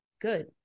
good